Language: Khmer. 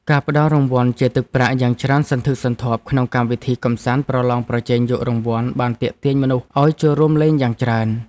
ការផ្តល់រង្វាន់ជាទឹកប្រាក់យ៉ាងច្រើនសន្ធឹកសន្ធាប់ក្នុងកម្មវិធីកម្សាន្តប្រឡងប្រជែងយករង្វាន់បានទាក់ទាញមនុស្សឱ្យចូលរួមលេងយ៉ាងច្រើន។